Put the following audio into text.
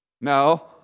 No